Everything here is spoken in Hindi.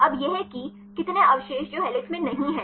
अब यह कि कितने अवशेष जो हेलिक्स में नहीं हैं